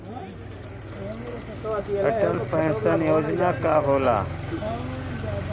Atal pension योजना का होला?